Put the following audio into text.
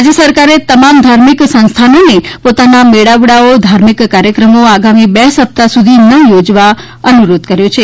રાજય સરકારે તમામ ધાર્મિક સંસ્થાનોને પોતાના મેળાવડાઓ ધાર્મિક કાર્યક્રમો આગામી બે સપ્તાહ્ સુધી ના યોજવા અનુરોધ કર્યો છે